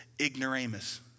ignoramus